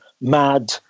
mad